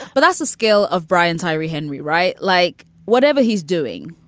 but that's a skill of brian tyree henry. right. like whatever he's doing,